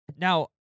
now